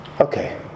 Okay